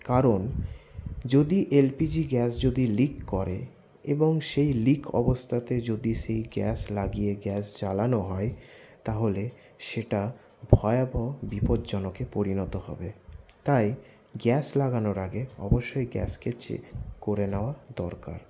কারণ যদি LPG gas যদি লিক করে এবং সেই লিক অবস্থাতে যদি সেই গ্যাস লাগিয়ে গ্যাস জ্বালানো হয় তাহলে সেটা ভয়াবহ বিপদজনকে পরিণত হবে তাই গ্যাস লাগানোর আগে অবশ্যই গ্যাসকে চেক করে নেওয়া দরকার